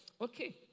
Okay